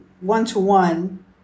one-to-one